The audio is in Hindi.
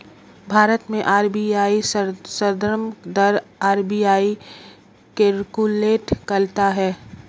भारत में आर.बी.आई संदर्भ दर आर.बी.आई कैलकुलेट करता है